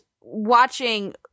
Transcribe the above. watching